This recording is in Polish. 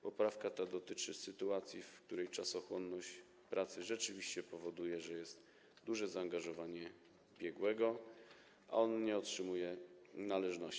Poprawka ta dotyczy sytuacji, w której czasochłonność pracy rzeczywiście powoduje, że jest duże zaangażowanie biegłego, a on nie otrzymuje należności.